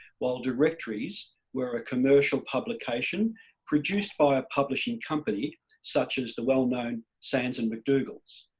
while directories were a commercial publication produced by a publishing company such as the well-known sands and mcdougalls.